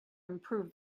improve